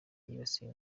yibasiye